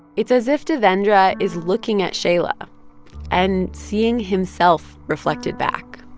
it's as if devendra is looking at shaila and seeing himself reflected back.